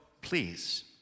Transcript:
please